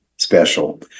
Special